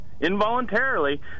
involuntarily